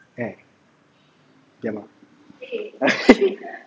eh diam ah